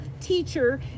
teacher